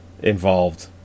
Involved